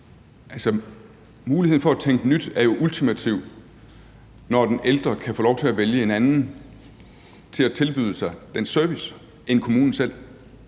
Muligheden for at tænke nyt er jo ultimativ, når den ældre kan få lov til at vælge en anden end kommunen selv